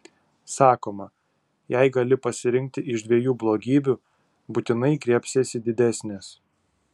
sakoma jei gali pasirinkti iš dviejų blogybių būtinai griebsiesi didesnės